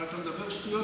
אבל אתה מדבר שטויות,